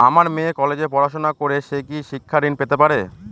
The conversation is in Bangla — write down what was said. আমার মেয়ে কলেজে পড়াশোনা করে সে কি শিক্ষা ঋণ পেতে পারে?